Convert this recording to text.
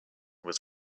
was